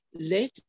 Let